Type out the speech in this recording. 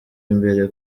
imbere